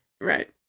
right